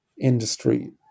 industry